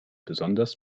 besonders